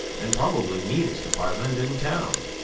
and probably neatest apartment in town.